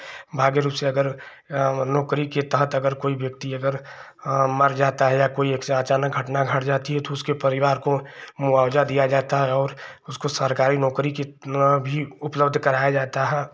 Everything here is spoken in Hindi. भाग्य रूप से अगर नौकरी के तहत अगर कोई व्यक्ति अगर मर जाता है या कोई एक से अचानक घटना घट जाती है तो उसके परिवार को मुआवज़ा दिया जाता है और उसको सरकारी नौकरी भी उपलब्ध कराई जाती है